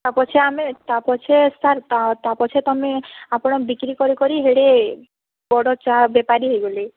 ତା ପଛେ ଆମେ ତା ପଛେ ସାର୍ ତା ପଛେ ତମେ ଆପଣ ବିକ୍ରି କରି କରି ଏଡ଼େ ବଡ଼ ଚାହା ବେପାରୀ ହୋଇଗଲେ